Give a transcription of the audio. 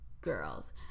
girls